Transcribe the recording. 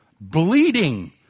bleeding